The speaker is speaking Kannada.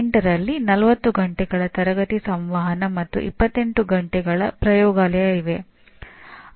68 ರಲ್ಲಿ 40 ಗಂಟೆಗಳ ತರಗತಿಯ ಸಂವಹನ ಮತ್ತು 28 ಗಂಟೆಗಳ ಪ್ರಯೋಗಾಲಯ ಇವೆ